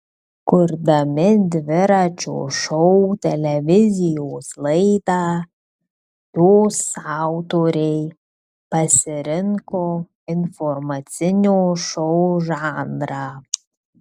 kurdami dviračio šou televizijos laidą jos autoriai pasirinko informacinio šou žanrą